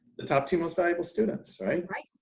the top two most valuable students, right? right.